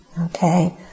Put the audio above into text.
Okay